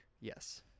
Yes